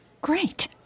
Great